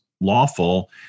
lawful